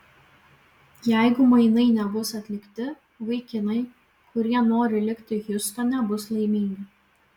jeigu mainai nebus atlikti vaikinai kurie nori likti hjustone bus laimingi